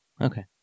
Okay